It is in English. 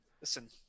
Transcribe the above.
listen